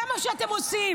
את עושה לי